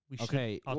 Okay